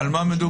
על מה מדובר?